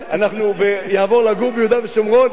יעבור לגור ביהודה ושומרון,